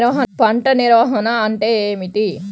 పంట నిర్వాహణ అంటే ఏమిటి?